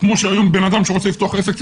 כמו שבן אדם שרצה לפתוח עסק,